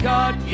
God